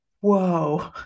whoa